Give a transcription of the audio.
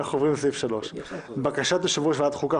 ועדת הכספים וועדת החוקה,